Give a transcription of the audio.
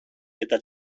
eta